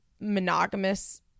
monogamous